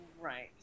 right